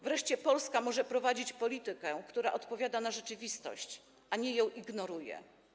Wreszcie Polska może prowadzić politykę, która odpowiada na rzeczywistość, a nie ją ignoruje.